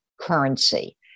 currency